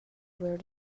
where